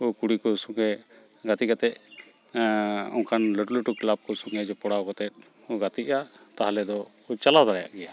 ᱠᱚ ᱠᱩᱲᱤᱠᱚ ᱥᱚᱸᱜᱮ ᱜᱟᱛᱮ ᱠᱟᱛᱮᱫ ᱚᱱᱠᱟᱱ ᱞᱟᱹᱴᱩᱼᱞᱟᱹᱴᱩ ᱠᱞᱟᱵᱽᱠᱚ ᱥᱚᱸᱜᱮᱡ ᱡᱚᱯᱲᱟᱣ ᱠᱟᱛᱮᱫᱠᱚ ᱜᱟᱛᱮᱜᱼᱟ ᱛᱟᱦᱚᱞᱮᱫᱚ ᱠᱚ ᱪᱟᱞᱟᱣ ᱫᱟᱲᱮᱭᱟᱜ ᱜᱮᱭᱟ